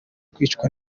kwicwa